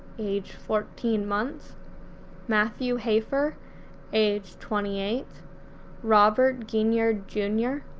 age fourteen months matthew hafer age twenty eight robert guinyard jr.